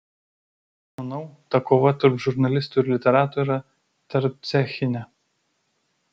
manau ta kova tarp žurnalistų ir literatų yra tarpcechinė